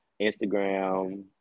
Instagram